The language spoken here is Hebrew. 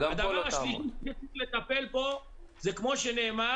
הדבר השלישי שצריך לטפל בו זה כמו שנאמר